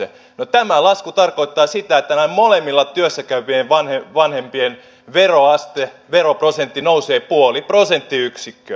no tämä lasku tarkoittaa sitä että näiden molempien työssä käyvien vanhempien veroaste veroprosentti nousee puoli prosenttiyksikköä